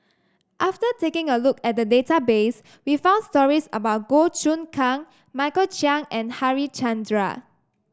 after taking a look at the database we found stories about Goh Choon Kang Michael Chiang and Harichandra